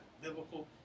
Biblical